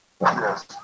Yes